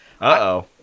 Uh-oh